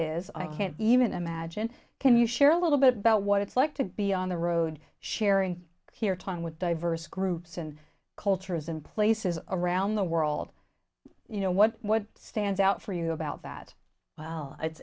is i can't even imagine can you share a little bit about what it's like to be on the road sharing here talking with diverse groups and cultures in places around the world you know what what stands out for you about that well it's